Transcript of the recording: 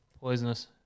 poisonous